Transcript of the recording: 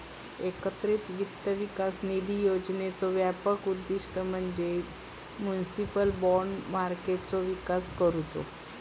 एकत्रित वित्त विकास निधी योजनेचा व्यापक उद्दिष्ट म्हणजे म्युनिसिपल बाँड मार्केटचो विकास करुचो